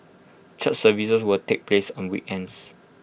church services will take place on weekends